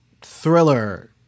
thriller